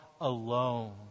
alone